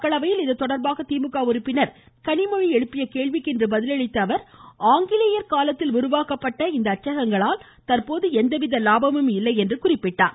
மக்களவையில் இதுதொடர்பாக திமுக உறுப்பினர் கனிமொழி எழுப்பிய கேள்விக்கு இன்று பதில் அளித்த அவர் ஆங்கிலேயர் காலத்தில் உருவாக்கப்பட்ட இந்த அச்சகங்களால் தற்போது எந்தவித லாபமும் இல்லை என்று குறிப்பிட்டார்